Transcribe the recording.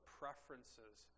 preferences